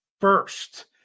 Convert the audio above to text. First